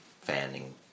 Fanning